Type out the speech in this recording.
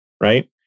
right